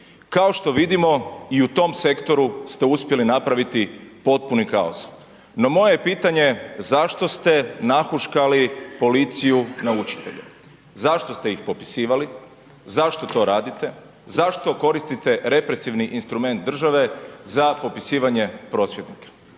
Kao što vidimo i u tom sektoru ste uspjeli napraviti potpuni kaos. No moje je pitanje, zašto ste nahuškali policiju na učitelje, zašto ste ih popisivali, zašto to radite, zašto koristite represivni instrument države za popisivanje prosvjednika?